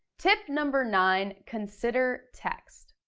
tip number nine. consider text.